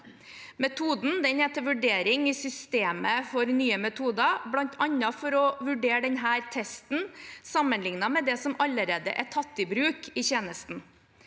Metoden er til vurdering i systemet for nye metoder, bl.a. for å vurdere denne testen sammenlignet med det som allerede er tatt i bruk i tjenesten.